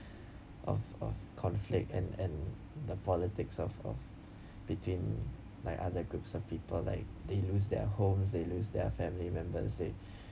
of of conflict and and the politics of of between like other groups of people like they lose their homes they lose their family members they